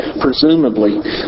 presumably